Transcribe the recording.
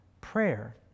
prayer